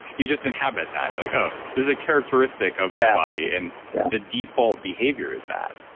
you just inhabit that. like, oh, this is a characteristic of my body and the default behavior is that,